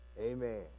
Amen